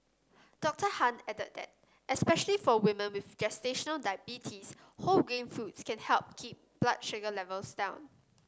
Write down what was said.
Dr Han added that especially for women with gestational diabetes whole grain foods can help keep blood sugar levels down